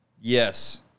Yes